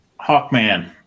Hawkman